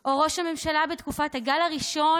או של ראש הממשלה בתקופות הגל הראשון,